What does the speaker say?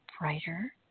brighter